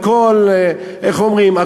איך אומרים,